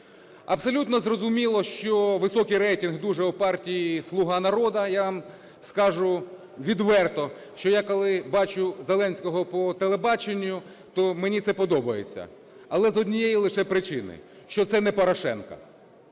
Абсолютно зрозуміло, що високий рейтинг дуже у партії "Слуга народу". Я скажу відверто, що я, коли бачу Зеленського по телебаченню, то мені це подобається. Але з однієї лише причини: що це не Порошенко.